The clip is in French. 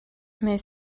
mais